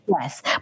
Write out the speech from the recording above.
Yes